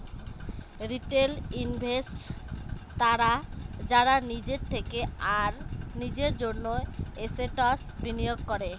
retail investors তারা যারা নিজের থেকে আর নিজের জন্য এসেটস বিনিয়োগ করে